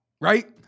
right